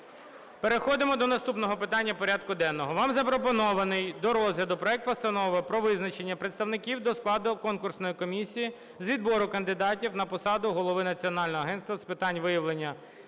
Переходимо до наступного питання порядку денного. Вам запропонований до розгляду проект Постанови про визначення представників до складу конкурсної комісії з відбору кандидатів на посаду Голови Національного агентства з питань виявлення,